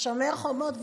בשומר החומות,